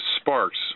Sparks